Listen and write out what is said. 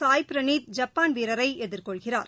Sai Praneeth Japan வீரரை எதிர்கொள்கிறார்